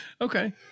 Okay